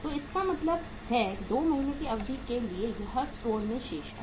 तो इसका मतलब है 2 महीने की अवधि के लिए यह स्टोर में शेष है